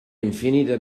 infinita